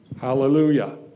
Hallelujah